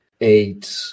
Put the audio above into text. eight